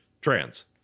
trans